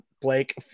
Blake